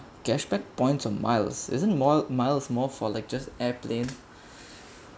cashback points or miles isn't more miles more for like just airplane